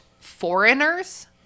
foreigners